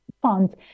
funds